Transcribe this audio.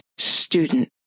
student